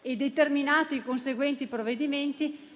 e determinato i conseguenti provvedimenti,